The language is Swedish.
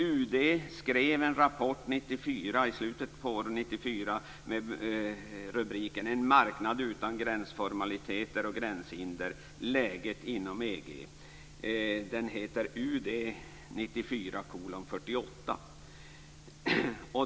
UD skrev en rapport i slutet av våren 1994 med rubriken En marknad utan gränsformaliteter och gränshinder. Läget inom EG. Den heter UD 1994:48.